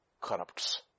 corrupts